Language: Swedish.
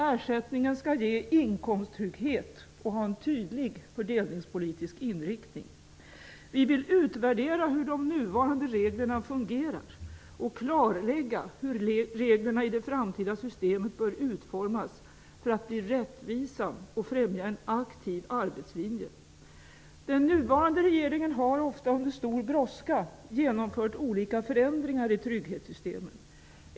Ersättningen skall ge inkomsttrygghet och ha en tydlig fördelningspolitisk inriktning. Vi vill utvärdera hur de nuvarande reglerna fungerar och klarlägga hur reglerna i det framtida systemet bör utformas för att bli rättvisa och främja en aktiv arbetslinje. Den nuvarande regeringen har, ofta under stor brådska, genomfört olika förändringar i trygghetssystemen.